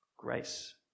Grace